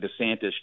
DeSantis